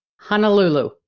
Honolulu